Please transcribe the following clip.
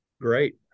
Great